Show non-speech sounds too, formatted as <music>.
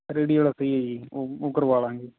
<unintelligible> ਸਹੀ ਹੈ ਜੀ ਉਹ ਉਹ ਕਰਵਾ ਲਾਂਗੇ